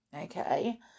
okay